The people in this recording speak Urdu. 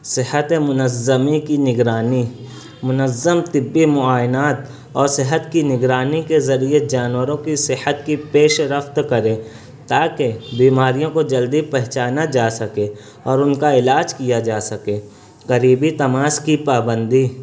صحت منظمی کی نگرانی منظم طبی معائنات اور صحت کی نگرانی کے ذریعے جانوروں کی صحت کی پیش رفت کریں تاکہ بیماروں کو جلدی پہچانا جا سکے اور ان کا علاج کیا جا سکے قریبی تماز کی پابندی